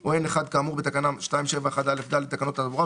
או N1 כאמור בתקנה 271א(ד) לתקנות התעבורה,